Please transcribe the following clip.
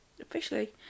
officially